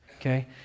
okay